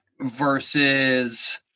versus